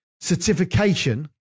certification